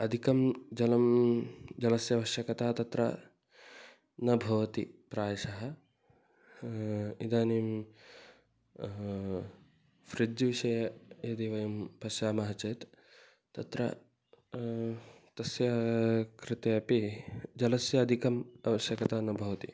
अधिकं जलं जलस्य आवश्यकता तत्र न भवति प्रायशः इदानीं फ़्रिज् विषये यदि वयं पश्यामः चेत् तत्र तस्य कृते अपि जलस्य अधिकम् आवश्यकता न भवति